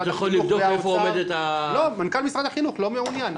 אתה יכול לבדוק איפה עומדת --- מנכ"ל משרד החינוך לא מעוניין.